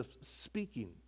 speaking